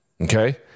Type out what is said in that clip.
okay